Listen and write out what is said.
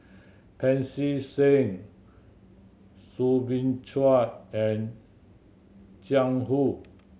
Pancy Seng Soo Bin Chua and Jiang Hu